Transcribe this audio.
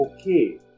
okay